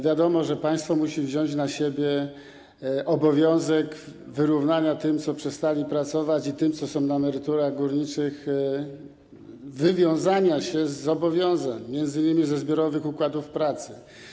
Wiadomo, że państwo musi wziąć na siebie obowiązek wyrównania tym, którzy przestali pracować, i tym, którzy są na emeryturach górniczych, wywiązania się z zobowiązań, m.in. ze zbiorowych układów pracy.